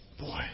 Boy